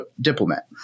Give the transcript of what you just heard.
diplomat